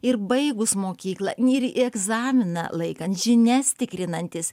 ir baigus mokyklą neri į egzaminą laikant žinias tikrinantys